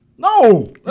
No